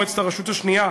מועצת הרשות השנייה,